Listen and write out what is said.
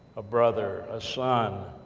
a brother, a son,